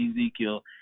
Ezekiel